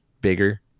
bigger